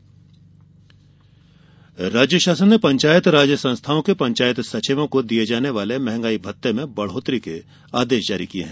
मंहगाई भत्ता राज्य शासन ने पंचायत राज संस्थाओं के पंचायत सचिवों को दिये जाने वाले महंगाई भत्ते में बढ़ोतरी के आदेश जारी किये हैं